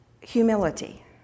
Humility